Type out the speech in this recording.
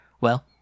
Well